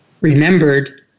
remembered